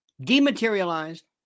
dematerialized